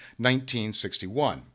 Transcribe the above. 1961